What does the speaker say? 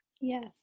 Yes